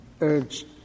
urged